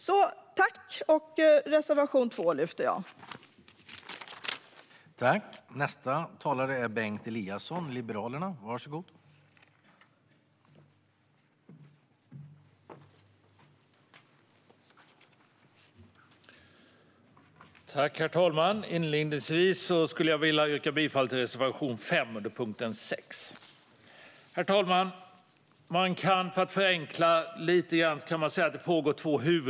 Jag yrkar som sagt bifall till reservation 2.